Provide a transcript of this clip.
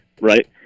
right